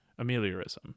ameliorism